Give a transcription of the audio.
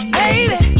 baby